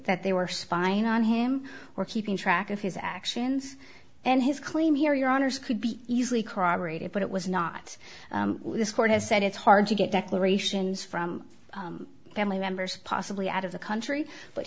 that they were spying on him or keeping track of his actions and his claim here your honour's could be easily corroborated but it was not this court has said it's hard to get declarations from family members possibly out of the country but